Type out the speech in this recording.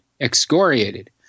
excoriated